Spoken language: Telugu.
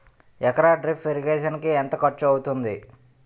ఎకర డ్రిప్ ఇరిగేషన్ కి ఎంత ఖర్చు అవుతుంది?